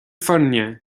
foirne